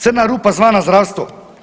Crna rupa zvana zdravstvo.